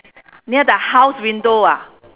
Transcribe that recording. near the house window ah